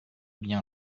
bien